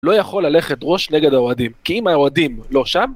לא יכול ללכת ראש נגד האוהדים, כי אם האוהדים לא שם...